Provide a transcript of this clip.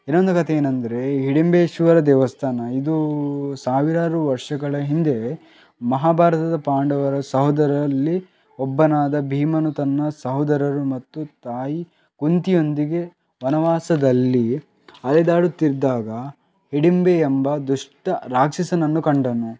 ಇನ್ನೊಂದು ಕಥೆಯೇನಂದರೆ ಹಿಡಿಂಬೇಶ್ವರ ದೇವಸ್ಥಾನ ಇದು ಸಾವಿರಾರು ವರ್ಷಗಳ ಹಿಂದೆ ಮಹಾಭಾರತದ ಪಾಂಡವರ ಸಹೋದರರಲ್ಲಿ ಒಬ್ಬನಾದ ಭೀಮನು ತನ್ನ ಸಹೋದರರು ಮತ್ತು ತಾಯಿ ಕುಂತಿಯೊಂದಿಗೆ ವನವಾಸದಲ್ಲಿ ಅಲೆದಾಡುತ್ತಿದ್ದಾಗ ಹಿಡಿಂಬ ಎಂಬ ದುಷ್ಟ ರಾಕ್ಷಸನನ್ನು ಕಂಡನು